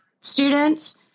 students